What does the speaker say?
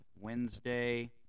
Wednesday